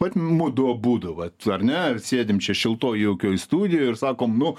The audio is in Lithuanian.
vat mudu abudu vat ar ne sėdim čia šiltoj jaukioj studijoj ir sakom nu